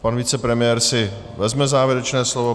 Pan vicepremiér si vezme závěrečné slovo.